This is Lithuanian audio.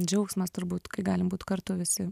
džiaugsmas turbūt kai galim būt kartu visi